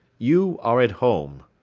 you are at home,